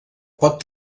pot